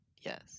Yes